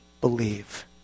believe